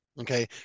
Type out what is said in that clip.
Okay